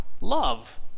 love